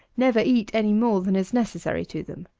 never eat any more than is necessary to them.